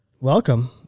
Welcome